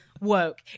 woke